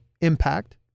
impact